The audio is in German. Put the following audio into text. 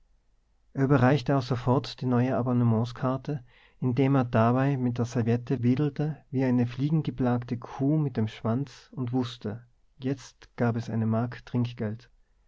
er überreichte auch sofort die neue abonnementskarte indem er dabei mit der serviette wedelte wie eine fliegengeplagte kuh mit dem schwanz und wußte jetzt gab es eine mark trinkgeld